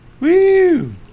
Woo